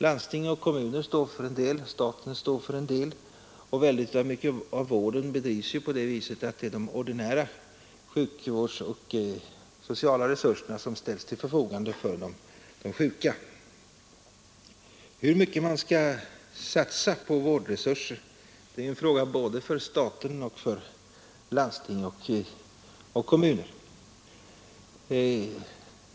Landsting och kommuner står för en del, staten står för en del och en mycket stor andel av vården kan bedrivas genom att de ordinarie resurserna inom sjukoch socialvård ställs till förfogande för detta ändamål. Hur mycket man skall satsa på vårdresurser är en fråga både för staten och för landsting och kommuner.